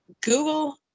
Google